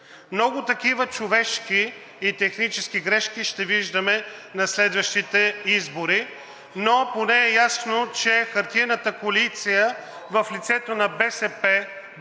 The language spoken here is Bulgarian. Много такива човешки и технически грешки ще виждаме на следващите избори, но поне е ясно, че хартиената коалиция в лицето на БСП,